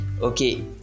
Okay